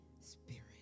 spirit